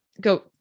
go